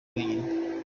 wenyine